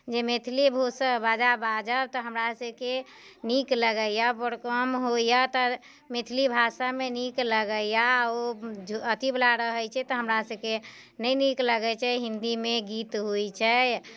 जे मैथिली भोषा भाषा बाजब तऽ हमरा सभकेँ नीक लगैया पर काम होइया तऽ मैथिली भाषामे नीक लगैया आ ओ अथी बला रहैत छै तऽ हमरा सभके नहि नीक लगैत छै हिन्दीमे गीत होइत छै